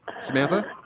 Samantha